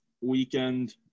weekend –